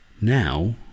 Now